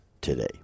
today